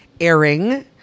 airing